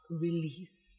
release